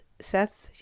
Seth